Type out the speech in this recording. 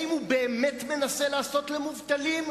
האם הוא באמת מנסה לעשות למען המובטלים,